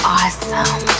awesome